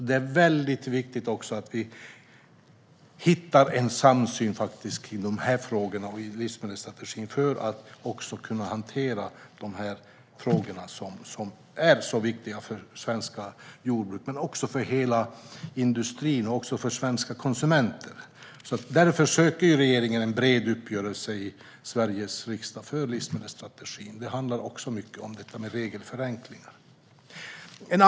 Det är viktigt att vi hittar en samsyn för att kunna hantera dessa frågor som är så viktiga för svenskt jordbruk, för hela industrin och för svenska konsumenter. Därför söker regeringen en bred uppgörelse i Sveriges riksdag om livsmedelsstrategin. Det handlar som sagt också mycket om regelförenklingar.